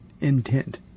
intent